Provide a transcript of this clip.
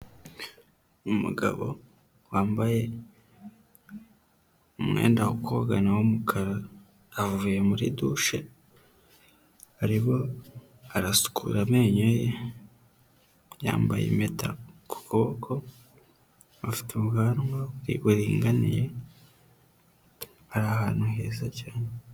Umugabo wambaye umwenda wo kogana w'umukara avuye muri dushe ariho arasukura amenyo ye yambaye impeta ku kuboko, afite ubwanwa buringaniye ari ahantu heza cyane.